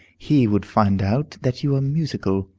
he would find out that you are musical.